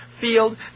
field